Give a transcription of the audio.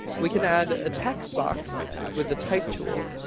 we can add a text box with the type tool.